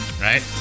Right